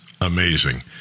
amazing